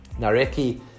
Nareki